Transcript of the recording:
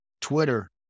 Twitter